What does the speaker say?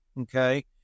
okay